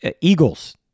Eagles